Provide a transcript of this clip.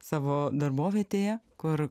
savo darbovietėje kur